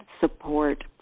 support